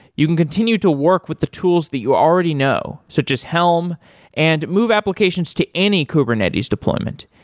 you can continue to work with the tools that you already know, such as helm and move applications to any kubernetes deployment.